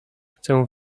chcę